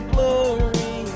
Glory